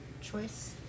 choice